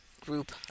group